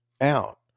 out